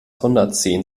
hundertzehn